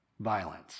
violence